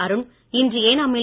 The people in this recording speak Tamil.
அருண் இன்று ஏனாமில்